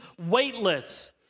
weightless